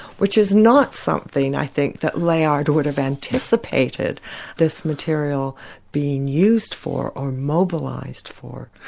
which is not something i think that layard would have anticipated this material being used for, or mobilised for.